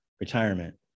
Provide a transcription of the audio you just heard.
retirement